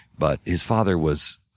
but his father was